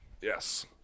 Yes